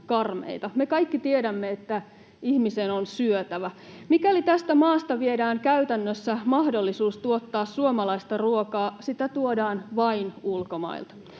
Me kaikki tiedämme, että ihmisen on syötävä. Mikäli tästä maasta viedään käytännössä mahdollisuus tuottaa suomalaista ruokaa, sitä tuodaan vain ulkomailta.